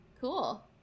cool